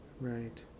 Right